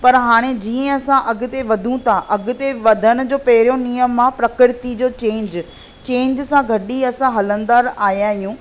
पर हाणे जीअं असां अॻिते वधू थां अॻिते वधण जो पहिरियों नियम आहे प्रकृति जो चेंज चेंज सां गॾु ई असां हलंदड़ु आया आहियूं